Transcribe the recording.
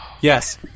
yes